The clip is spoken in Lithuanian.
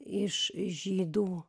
iš žydų